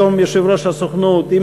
היום יושב-ראש הסוכנות,